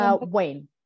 Wayne